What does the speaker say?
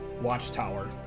Watchtower